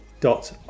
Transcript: dot